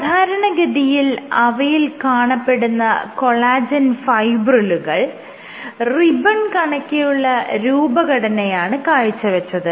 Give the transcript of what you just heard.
സാധാരണഗതിയിൽ അവയിൽ കാണപ്പെടുന്ന കൊളാജെൻ ഫൈബ്രിലുകൾ റിബ്ബൺ കണക്കെയുള്ള രൂപഘടനയാണ് കാഴ്ചവെച്ചത്